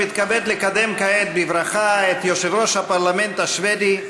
אני מתכבד לקדם כעת בברכה את יושב-ראש הפרלמנט השבדי,